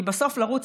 כי יהיה